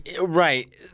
right